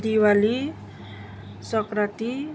Diwali Sankranti